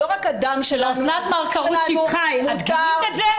את מר ..., את גינית את זה?